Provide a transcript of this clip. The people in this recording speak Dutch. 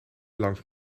langs